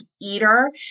eater